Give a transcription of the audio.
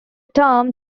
term